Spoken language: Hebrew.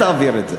שתעביר את זה.